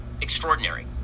extraordinary